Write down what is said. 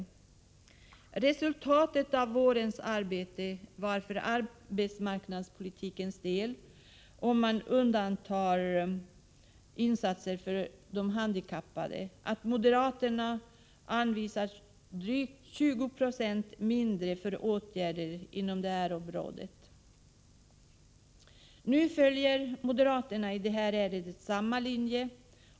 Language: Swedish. När det gäller resultatet av förra vårens arbete på arbetsmarknadspolitikens område — med undantag av de insatser som gjorts för de handikappade -— vill jag således framhålla att moderaternas förslag till medelsanvisning ligger drygt 20 96 lägre än övriga partiers förslag. I det här ärendet följer moderaterna samma linje.